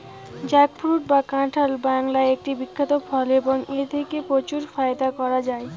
jackfruit বা কাঁঠাল বাংলার একটি বিখ্যাত ফল এবং এথেকে প্রচুর ফায়দা করা য়ায়